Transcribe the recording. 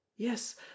Yes